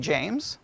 James